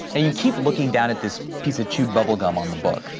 and you keep looking down at this piece of chewed bubblegum on the book,